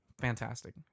Fantastic